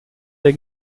der